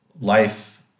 life